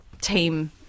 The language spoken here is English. team